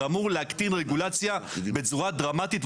זה אמור להקטין רגולציה בצורה דרמטית,